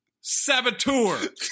Saboteur